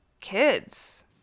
kids